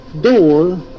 door